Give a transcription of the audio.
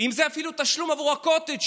אם זה אפילו תשלום עבור הקוטג',